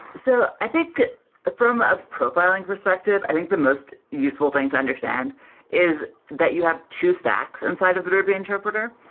so i think from a profiling perspective, i think the most useful thing to understand is that you have two stacks inside of the ruby interpreter.